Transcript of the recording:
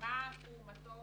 תרומתו